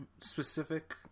specific